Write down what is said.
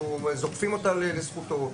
אנחנו זוקפים אותה לזכותו,